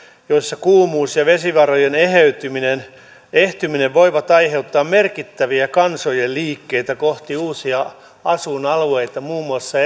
joissa kuumuus ja vesivarojen ehtyminen ehtyminen voivat aiheuttaa merkittäviä kansojen liikkeitä kohti uusia asuinalueita muun muassa